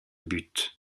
but